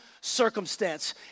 circumstance